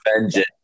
vengeance